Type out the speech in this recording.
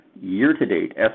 Year-to-date